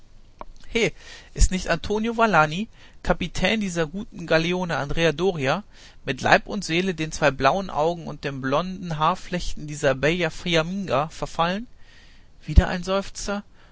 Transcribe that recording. he ist nicht antonio valani kapitän dieser guten galeone andrea doria mit leib und seele den zwei blauen augen und den blonden haarflechten dieser bella fiamminga verfallen wieder ein seufzer